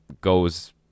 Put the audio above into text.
goes